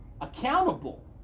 accountable